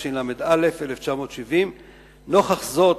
התשל"א 1970. נוכח זאת,